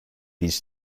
these